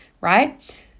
right